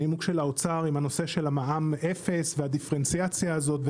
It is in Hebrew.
הנימוק של האוצר עם הנושא של המע"מ אפס והדיפרנציאציה הזאת.